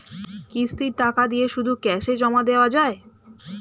কিস্তির টাকা দিয়ে শুধু ক্যাসে জমা দেওয়া যায়?